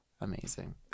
amazing